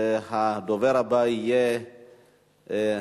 והדובר הבא יהיה,